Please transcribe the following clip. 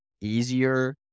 easier